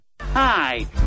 Hi